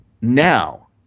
now